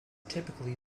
typically